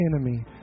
enemy